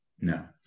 No